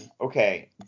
Okay